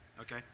Okay